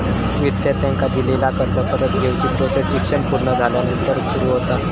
विद्यार्थ्यांका दिलेला कर्ज परत घेवची प्रोसेस शिक्षण पुर्ण झाल्यानंतर सुरू होता